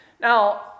Now